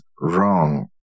wrong